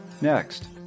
Next